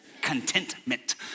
Contentment